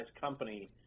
company